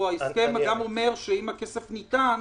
או ההסכם גם אומר שאם הכסף ניתן,